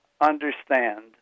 understand